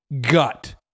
gut